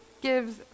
gives